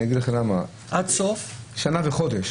שנה וחודש,